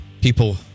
people